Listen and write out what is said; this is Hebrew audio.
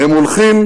הם הולכים